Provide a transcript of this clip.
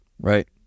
right